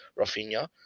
Rafinha